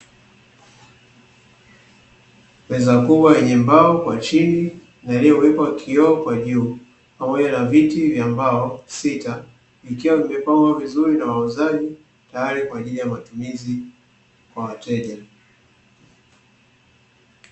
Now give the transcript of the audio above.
Meza kubwa lenye mbao kwa chini lilowekwa kioo kwa juu na viti vya mbao sita lilowekwa tayari kwaa aajili ya wateja.